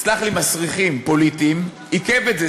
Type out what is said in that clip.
סלח לי, מסריחים פוליטיים, עיכב את זה.